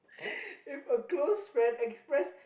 if a close friend express